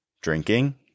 drinking